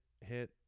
hit